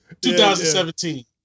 2017